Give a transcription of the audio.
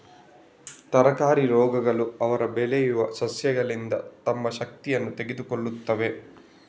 ತರಕಾರಿ ರೋಗಗಳು ಅವರು ಬೆಳೆಯುವ ಸಸ್ಯಗಳಿಂದ ತಮ್ಮ ಶಕ್ತಿಯನ್ನು ತೆಗೆದುಕೊಳ್ಳುತ್ತವೆ